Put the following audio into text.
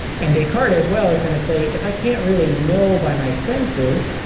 and descartes as well is going to say if i can't really know by my senses,